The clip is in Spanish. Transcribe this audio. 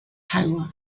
hayward